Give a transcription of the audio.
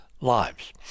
lives